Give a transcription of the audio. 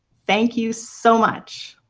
thank you so much!